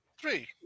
Three